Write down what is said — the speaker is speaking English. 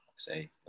say